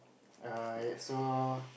err yeah so